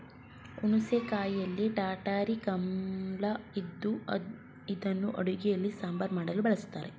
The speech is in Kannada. ಹುಣಸೆ ಕಾಯಿಯಲ್ಲಿ ಟಾರ್ಟಾರಿಕ್ ಆಮ್ಲ ಇದ್ದು ಇದನ್ನು ಅಡುಗೆಯಲ್ಲಿ ಸಾಂಬಾರ್ ಮಾಡಲು ಬಳಸ್ತರೆ